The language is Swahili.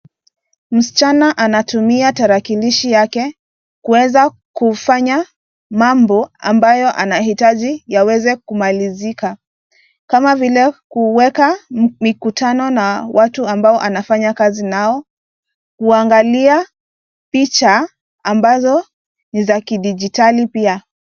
Msichana anatumia tarakilishi yake kuweza kufanya mambo ambayo anahitaji yaweze kumalizika. Kama vile kuweka mikutano na watu ambao anafanya kazi nao, kuangalia picha ambazo ni za kidijitali pia.